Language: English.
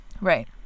Right